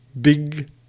big